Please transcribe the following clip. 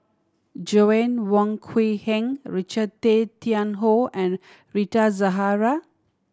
Joanna Wong Quee Heng Richard Tay Tian Hoe and Rita Zahara